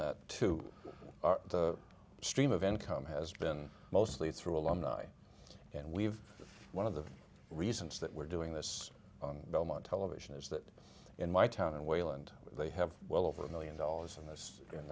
that to our stream of income has been mostly through alumni and we've one of the reasons that we're doing this on belmont television is that in my town and wayland they have well over a one million dollars in this in